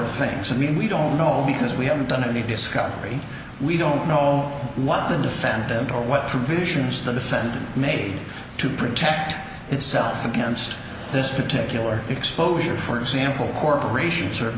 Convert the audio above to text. of things and we don't know because we haven't done any discovery we don't know what the defendant or what provisions the defendant made to protect itself against this particular exposure for example corporation